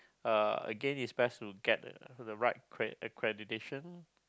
uh again it's best to get the right accreditation